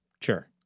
Sure